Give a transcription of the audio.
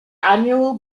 annual